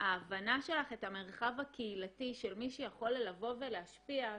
ההבנה שלך את המרחב הקהילתי של מי שיכול לבוא ולהשפיע,